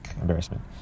embarrassment